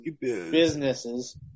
businesses